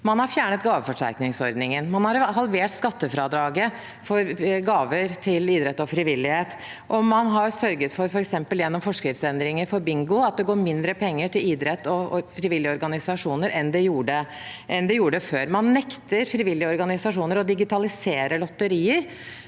Man har fjernet gaveforsterkningsordningen, man har halvert skattefradraget for gaver til idrett og frivillighet, og man har sørget for, f.eks. gjennom forskriftsendringer for bingo, at det går mindre penger til idrett og frivillige organisasjoner enn det gjorde før. Man nekter frivillige organisasjoner å digitalisere lotterier,